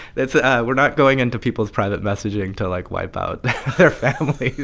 it's ah we're not going into people's private messaging to, like, wipe out their families